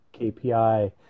KPI